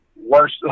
worse